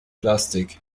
plastik